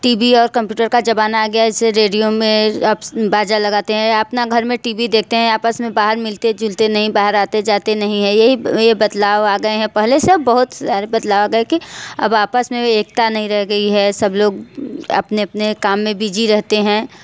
T V और computer का ज़माना आ गया है ऐसे रेडियो में आपस बाजा लगाते हैं या आपना घर में टी भी देखते हैं आपस में बाहर मिलते जुलते नहीं बाहर आते जाते नहीं है यही यह बदलाव आ गए हैं पहले से अब बहुत सारे बदलाव आ गए कि अब आपस में एकता नहीं रह गई है सब लोग अपने अपने काम में बिज़ी रहते हैं